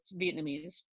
Vietnamese